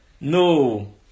no